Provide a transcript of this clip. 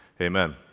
amen